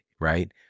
right